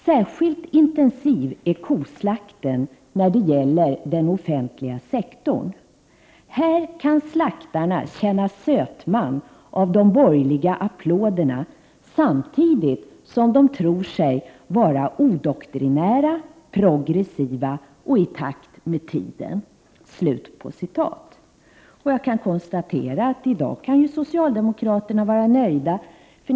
Särskilt intensiv är koslakten när det gäller den offentliga sektorn. Här kan slaktarna känna sötman av de borgerliga applåderna samtidigt som de tror sig vara odoktrinära, progressiva och i takt med tiden.” Jag kan konstatera att socialdemokraterna i dag kan vara nöjda.